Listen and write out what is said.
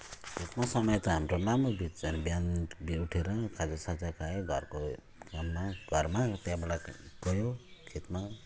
खेतमा समय त हाम्रो मामुली बित्छ नि बिहान उठेर खाजा साजा खायो घरको काममा घरमा त्यहाँबाट गयो खेतमा